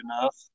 enough